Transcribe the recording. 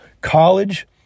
college